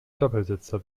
doppelsitzer